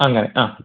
അങ്ങനെ ആ